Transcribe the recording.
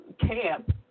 camp